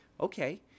Okay